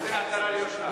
נחזיר עטרה ליושנה.